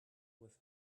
with